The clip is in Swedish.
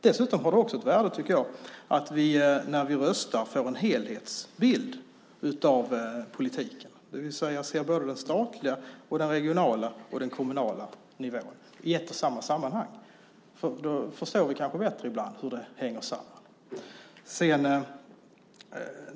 Dessutom har det ett värde att vi när vi röstar får en helhetsbild av politiken, det vill säga ser den statliga, den regionala och den kommunala nivån i ett sammanhang. Då förstår vi kanske bättre hur det hänger samman.